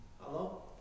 hello